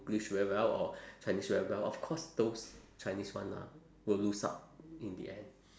~glish very well or chinese very well of course those chinese one lah will lose out in the end